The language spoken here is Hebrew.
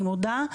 אני מודה,